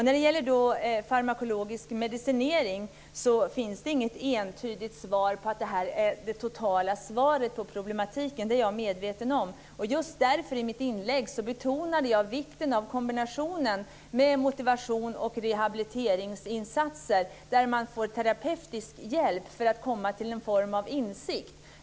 När det gäller farmakologisk medicinering är det inte entydigt att den är den totala lösningen på problematiken, och det är jag medveten om. Just därför betonade jag i mitt inlägg vikten av kombinationen motivation och rehabiliteringsinsatser, där man får terapeutisk hjälp för att komma till någon form av insikt.